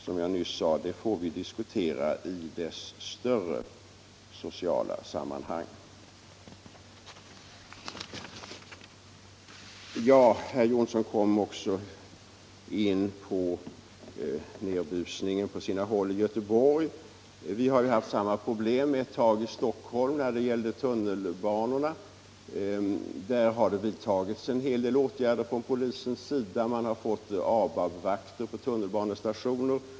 Som jag nyss sade får vi diskutera detta problem i dess större sociala sammanhang. Herr Jonsson kom också in på nerbusningen på sina håll i Göteborg. Vi hade ett tag samma problem i Stockholm när det gäller tunnelbanorna. Polisen har där vidtagit en hel del åtgärder, och man har fått ABA B-vakter på tunnelbanestationer.